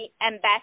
ambassador